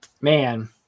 man